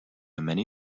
many